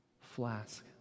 flask